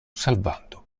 salvando